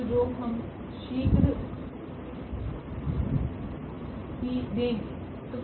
तो जो हम शीघ्र ही देंगे